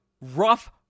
rough